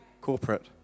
Corporate